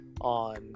on